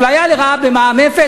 אפליה לרעה במע"מ אפס,